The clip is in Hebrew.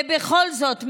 ובכל זאת,